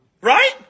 Right